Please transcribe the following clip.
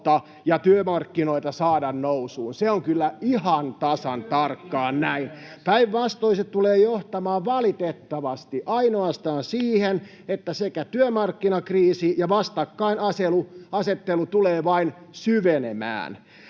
ja työmarkkinoita saada nousuun, se on kyllä ihan tasan tarkkaan näin. Päinvastoin se tulee johtamaan valitettavasti ainoastaan siihen, että sekä työmarkkinakriisi että vastakkainasettelu tulevat vain syvenemään.